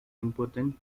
important